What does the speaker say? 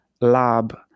lab